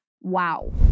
Wow